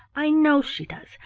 i know she does,